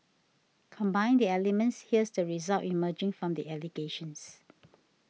combine the elements and here's the result emerging from the allegations